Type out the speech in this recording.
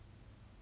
you will meh